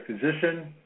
physician